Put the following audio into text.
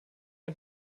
ein